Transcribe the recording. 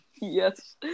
Yes